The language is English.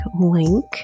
link